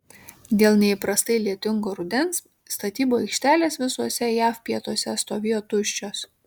dėl neįprastai lietingo rudens statybų aikštelės visuose jav pietuose stovėjo tuščios